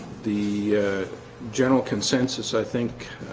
the general consensus i think